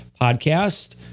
podcast